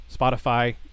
Spotify